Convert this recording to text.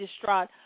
distraught